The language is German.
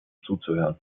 zuzuhören